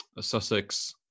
Sussex